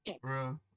bro